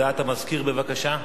הודעת המזכיר, בבקשה.